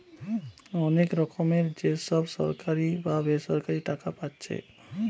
অনেক রকমের যে সব সরকারি বা বেসরকারি টাকা পাচ্ছে